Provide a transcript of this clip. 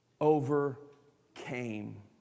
Overcame